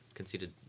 Conceded